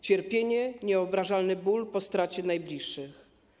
Cierpienie, niewyobrażalny ból po stracie najbliższych.